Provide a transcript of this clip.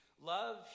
love